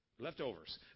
Leftovers